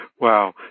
Wow